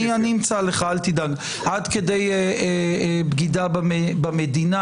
עד כדי בגידה במדינה.